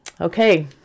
okay